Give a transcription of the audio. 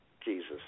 Jesus